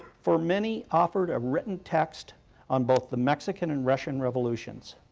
for many, offered a written text on both the mexican and russian revolutions,